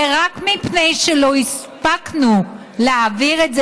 ורק מפני שלא הספקנו להעביר את זה